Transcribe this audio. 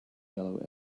yellow